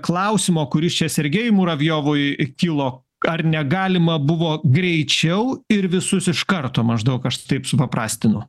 klausimo kuris čia sergejui muravjovui kilo ar negalima buvo greičiau ir visus iš karto maždaug aš taip supaprastinu